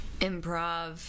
improv